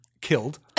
killed